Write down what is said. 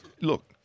look